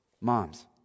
Moms